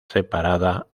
separada